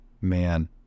man